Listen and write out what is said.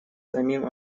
самим